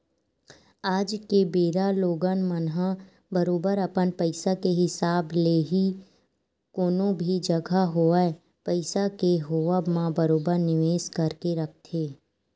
आज के बेरा लोगन मन ह बरोबर अपन पइसा के हिसाब ले ही कोनो भी जघा होवय पइसा के होवब म बरोबर निवेस करके रखथे